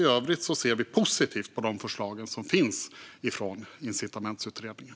I övrigt ser vi positivt på de förslag som finns från incitamentsutredningen.